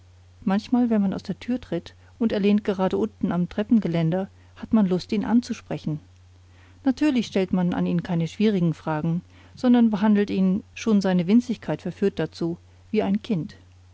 manchmal wenn man aus der tür tritt und er lehnt gerade unten am treppengeländer hat man lust ihn anzusprechen natürlich stellt man an ihn keine schwierigen fragen sondern behandelt ihn schon seine winzigkeit verführt dazu wie ein kind